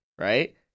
right